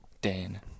Dan